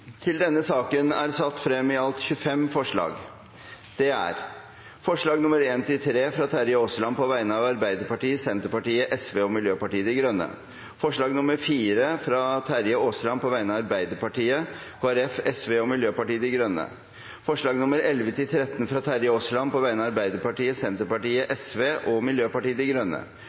fra Terje Aasland på vegne av Arbeiderpartiet, Kristelig Folkeparti, Sosialistisk Venstreparti og Miljøpartiet De Grønne forslagene nr. 11–13, fra Terje Aasland på vegne av Arbeiderpartiet, Senterpartiet, Sosialistisk Venstreparti og Miljøpartiet De Grønne forslag nr. 5, fra Terje Aasland på vegne av Arbeiderpartiet,